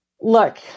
look